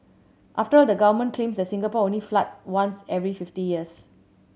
after all the government claims that Singapore only floods once every fifty years